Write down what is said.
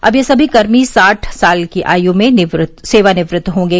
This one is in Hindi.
अब यह समी कर्मी साठ साल की आय में सेवानिवृत्त होंगे